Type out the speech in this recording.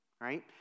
right